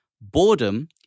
boredom